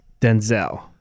Denzel